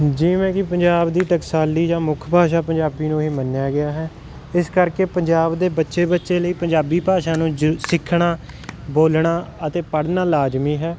ਜਿਵੇਂ ਕਿ ਪੰਜਾਬ ਦੀ ਟਕਸਾਲੀ ਜਾਂ ਮੁੱਖ ਭਾਸ਼ਾ ਪੰਜਾਬੀ ਨੂੰ ਹੀ ਮੰਨਿਆ ਗਿਆ ਹੈ ਇਸ ਕਰਕੇ ਪੰਜਾਬ ਦੇ ਬੱਚੇ ਬੱਚੇ ਲਈ ਪੰਜਾਬੀ ਭਾਸ਼ਾ ਨੂੰ ਜ ਸਿੱਖਣਾ ਬੋਲਣਾ ਅਤੇ ਪੜ੍ਹਨਾ ਲਾਜ਼ਮੀ ਹੈ